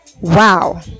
Wow